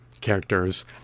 characters